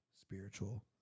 spiritual